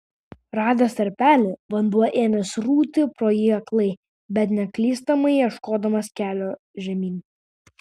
radęs tarpelį vanduo ėmė srūti pro jį aklai bet neklystamai ieškodamas kelio žemyn